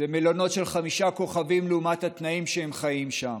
מלונות של חמישה כוכבים לעומת התנאים שבהם הם חיים שם.